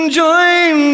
join